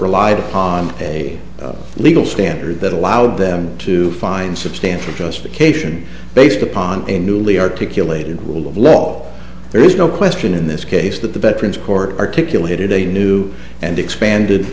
relied upon a legal standard that allowed them to find substantial justification based upon a newly articulated will of law there is no question in this case that the veterans court articulated a new and expanded